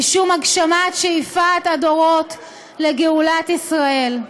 משום הגשמת שאיפת הדורות לגאולת ישראל".